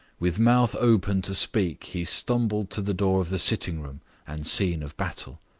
with mouth open to speak he stumbled to the door of the sitting-room and scene of battle.